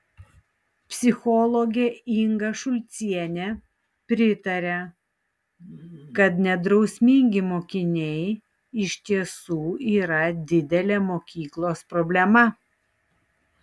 psichologė inga šulcienė pritaria kad nedrausmingi mokiniai iš tiesų yra didelė mokyklos problema